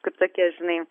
kaip tokie žinai